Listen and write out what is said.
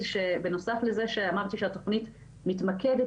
שבנוסף לזה שאמרתי שהתכנית מתמקדת,